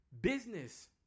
business